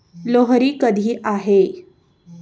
लोहरी कधी आहे?